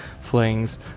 Flings